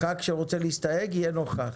חבר כנסת שרוצה להסתייג יהיה נוכח.